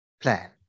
plan